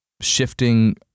shifting